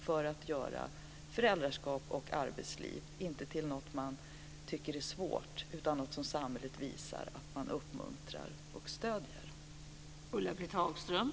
Vi ska göra föräldraskap och arbetsliv, inte till något människor tycker är svårt utan, till något som samhället visar att det uppmuntrar och stödjer.